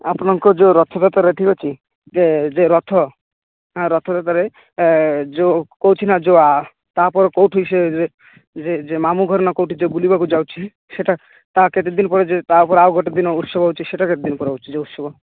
ଆପଣଙ୍କ ଯେଉଁ ରଥଯାତ୍ରାରେ ଠିକ ଅଛି ଯେ ଯେ ରଥ ହଁ ରଥଯାତ୍ରାରେ ଏ ଯେଉଁ କହୁଛି ନା ଯେଉଁ ତା'ପରେ କେଉଁଠି ସେ ଯେ ମାମୁଁ ଘର ନା କେଉଁଠି ଯେ ବୁଲିବାକୁ ଯାଉଛି ସେଇଟା ତା କେତେ ଦିନ ପରେ ଯେ ତା'ପରେ ଆଉ ଗୋଟେ ଦିନ ଉତ୍ସବ ହେଉଛି ସେଇଟା କେତେ ଦିନ ପରେ ହେଉଛି ଯେଉଁ ଉତ୍ସବ